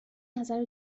نظر